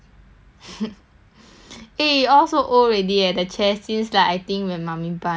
eh all so old already eh the chair since like I think when mummy buy until now haven't changed before